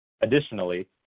Additionally